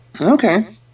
Okay